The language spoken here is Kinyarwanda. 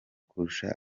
kurusha